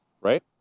right